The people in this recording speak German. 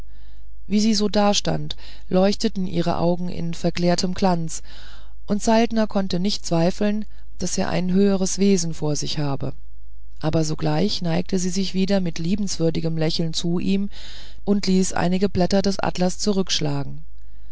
wie sie so dastand leuchteten ihre augen in verklärtem glanz und saltner konnte nicht zweifeln daß er ein höheres wesen vor sich habe aber sogleich neigte sie sich wieder mit liebenswürdigem lächeln zu ihm und ließ einige blätter des atlas zurückschlagen